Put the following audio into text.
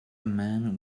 man